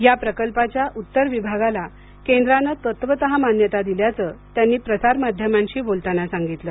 या प्रकल्पाच्या उत्तर विभागाला केंद्राने तत्वतः मान्यता दिल्याचं त्यांनी प्रसार माध्यमांशी बोलताना सांगितलं